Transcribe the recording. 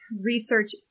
research